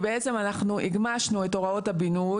בעצם אנחנו הגמשנו את הוראות הבינוי.